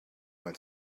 when